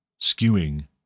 skewing